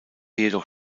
jedoch